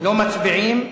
לא מצביעים,